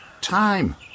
Time